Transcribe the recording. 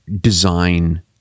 design